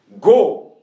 Go